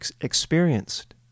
experienced